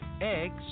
eggs